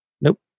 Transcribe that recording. Nope